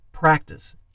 Practice